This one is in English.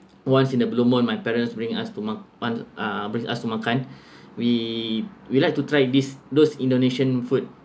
once in a blue moon my parents bring us to mak ~ uh bring us to makan we we like to try this those indonesian food